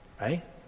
Right